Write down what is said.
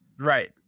Right